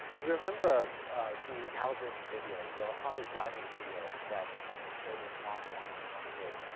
you remember the alvinn video, the autonomous driving video that i had shown in class on monday,